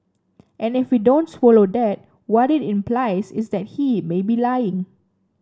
and if we don't swallow that what it implies is that he may be lying